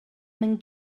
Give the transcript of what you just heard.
mam